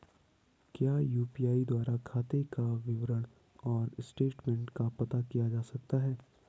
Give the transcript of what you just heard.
क्या यु.पी.आई द्वारा खाते का विवरण और स्टेटमेंट का पता किया जा सकता है?